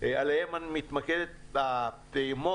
עליהם אני מתמקד בפעימות,